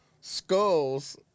skulls